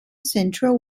central